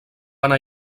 anar